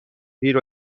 پیر